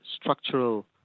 structural